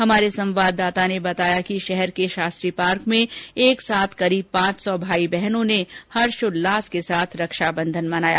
हमारे संवाददाता ने बताया कि शहर के शास्त्री पार्क में एक साथ करीब पांच सौ भाई बहनों ने हर्षोल्लास के साथ रक्षाबंधन मनाया